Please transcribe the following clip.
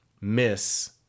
Miss